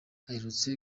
aherutse